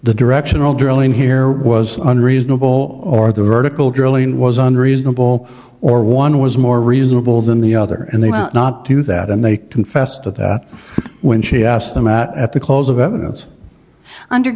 the directional drilling here was unreasonable or the vertical drilling was unreasonable or one was more reasonable than the other and they don't not do that and they confessed that when she asked them out at the close of evidence under